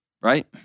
Right